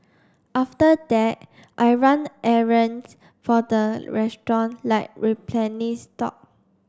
after that I run errands for the restaurant like replenish stock